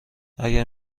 اگر